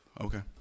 Okay